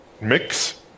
mix